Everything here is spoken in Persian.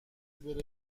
بره